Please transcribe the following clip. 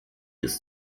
ist